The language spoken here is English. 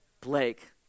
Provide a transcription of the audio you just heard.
Blake